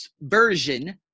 version